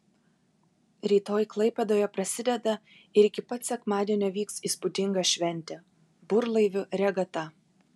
rytoj klaipėdoje prasideda ir iki pat sekmadienio vyks įspūdinga šventė burlaivių regata